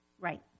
Right